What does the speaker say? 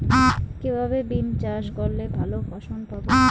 কিভাবে বিম চাষ করলে ভালো ফলন পাব?